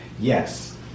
Yes